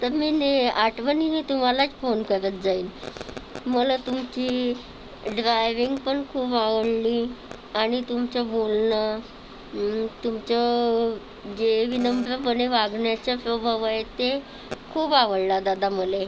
तर मी नेह आठवणीने तुम्हालाच फोन करत जाईल मला तुमची ड्रायव्हिंग पण खूप आवडली आणि तुमचं बोलणं तुमचं जे विनम्रपणे वागण्याचा स्वभाव आहे ते खूप आवडला दादा मला